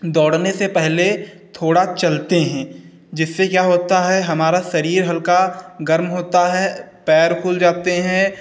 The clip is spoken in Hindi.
दौड़ने से पहले थोड़ा चलते हैं जिससे क्या होता है हमारा शरीर हल्का गर्म होता है पैर खुल जाते हैं